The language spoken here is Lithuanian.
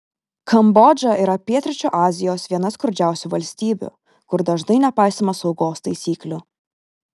kambodža yra pietryčių azijos viena skurdžiausių valstybių kur dažnai nepaisoma saugos taisyklių